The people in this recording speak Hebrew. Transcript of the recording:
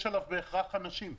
יש עליו בהכרח אנשים,